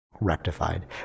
Rectified